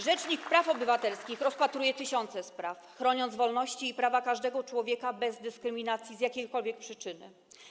Rzecznik praw obywatelskich rozpatruje tysiące spraw, chroniąc wolności i prawa każdego człowieka bez dyskryminacji z jakiejkolwiek przyczyny.